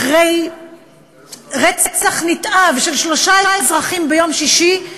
אחרי רצח נתעב של שלושה אזרחים ביום שישי,